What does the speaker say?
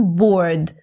bored